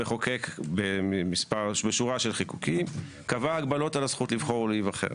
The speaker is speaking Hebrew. המחוקק בשורה של חיקוקים קבע הגבלות על הזכות לבחור ולהיבחר.